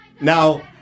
Now